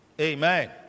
Amen